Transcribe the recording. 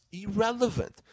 irrelevant